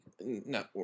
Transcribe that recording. No